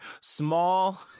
small